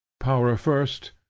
power first,